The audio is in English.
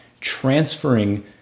transferring